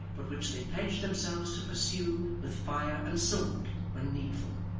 but which they pledged themselves to pursue with fire and sword when needful.